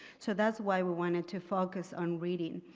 so that's why we wanted to focus on reading.